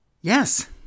yes